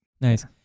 Nice